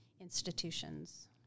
institutions